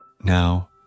Now